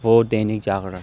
وہ دینک جاگرن ہے